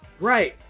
Right